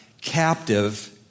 captive